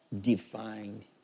defined